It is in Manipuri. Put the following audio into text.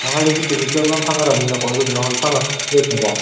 ꯑꯣ ꯍꯥꯏꯗꯤ ꯍꯧꯖꯤꯛ ꯀꯦꯃꯤꯀꯦꯜ ꯃꯌꯥꯝ ꯊꯥꯛꯅꯔꯝꯅꯤꯅꯀꯣ ꯑꯗꯨꯗꯨꯅ ꯍꯛꯆꯥꯡꯒ ꯁꯣꯛꯅꯩꯗꯅꯀꯣ